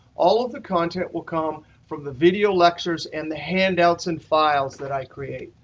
all of the content will come from the video lectures and the handouts and files that i create.